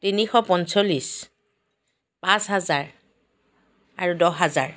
তিনিশ পঞ্চল্লিছ পাঁচ হাজাৰ আৰু দহ হাজাৰ